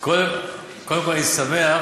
קודם כול, אני שמח